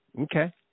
Okay